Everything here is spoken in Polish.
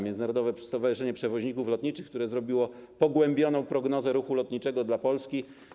Międzynarodowe Stowarzyszenie Przewoźników Lotniczych zrobiło pogłębioną prognozę ruchu lotniczego dla Polski.